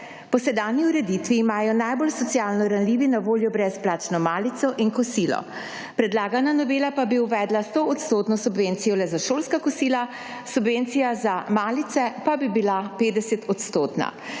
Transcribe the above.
Po sedanji ureditvi imajo najbolj socialno ranljivi na voljo brezplačno malico in kosilo, predlagana novela pa bi uvedla 100 % subvencijo le za šolska kosila, subvencija za malice pa bi bila 50 %.